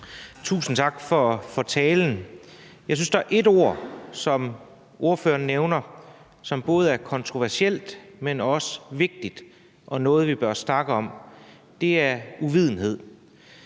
Tusind tak for talen. Jeg synes, der var et ord, som ordføreren nævnte, som både er kontroversielt, men også vigtigt, og noget, vi bør snakke om. Det er ordet uvidenhed.